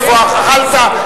איפה אכלת.